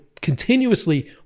continuously